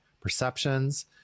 perceptions